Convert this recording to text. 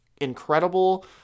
incredible